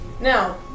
Now